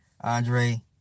Andre